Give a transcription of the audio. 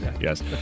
Yes